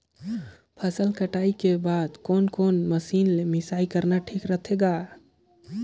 फसल कटाई के बाद कोने कोने मशीन ले मिसाई करना ठीक होथे ग?